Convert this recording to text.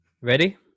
Ready